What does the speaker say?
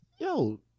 yo